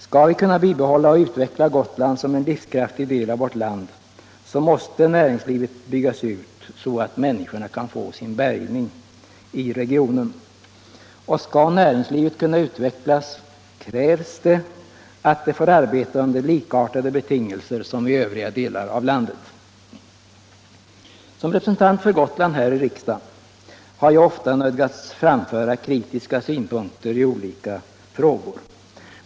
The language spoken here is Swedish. Skall vi kunna bibehålla och utveckla Gotland som en livskraftig del av vårt land måste näringslivet byggas ut, så att människorna kan få sin bärgning i regionen. Och skall näringslivet kunna utvecklas krävs det att det får arbeta under likartade betingelser som i övriga delar av landet. Som representant för Gotland här i riksdagen har jag ofta nödgats framföra kritiska synpunkter i olika frågor.